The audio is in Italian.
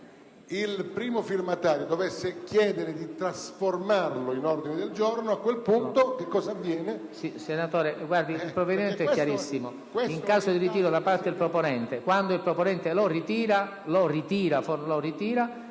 il primo firmatario chiede di trasformarlo in ordine del giorno, a quel punto che cosa avviene?